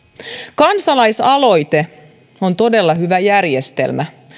kansalaisaloite on todella hyvä järjestelmä